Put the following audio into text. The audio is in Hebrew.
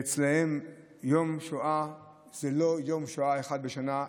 אצלם יום שואה זה לא יום שואה אחד בשנה,